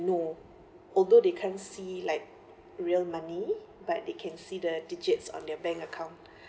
know although they can't see like real money but they can see the digits on their bank account